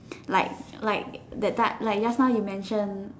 like like that time like just now you mention